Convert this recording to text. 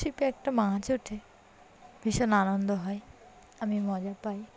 ছিপে একটা মাছ ওঠে ভীষণ আনন্দ হয় আমি মজা পাই